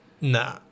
Nah